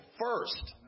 first